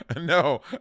No